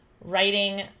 writing